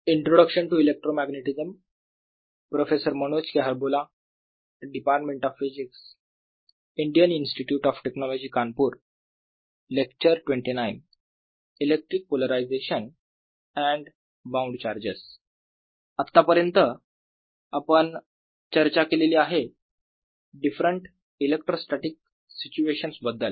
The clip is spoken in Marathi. electric polarisation and bound charges I आत्ता पर्यंत आपण चर्चा केलेली आहे डिफरंट इलेक्ट्रोस्टॅटीक सिच्युएशन्स बद्दल